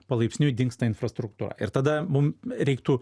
palaipsniui dingsta infrastruktūra ir tada mum reiktų